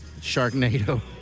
Sharknado